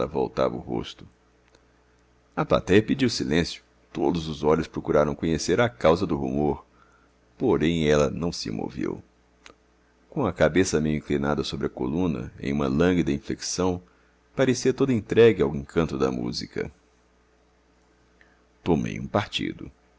voltava o rosto a platéia pediu silêncio todos os olhos procuraram conhecer a causa do rumor porém ela não se moveu com a cabeça meio inclinada sobre a coluna em uma lânguida inflexão parecia toda entregue ao encanto da música tomei um partido